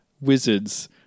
wizards